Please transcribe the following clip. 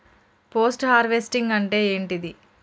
Post harvesting అంటే ఏంటిది?